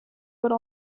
would